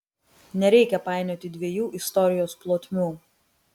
nereikia painioti dviejų istorijos plotmių